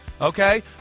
Okay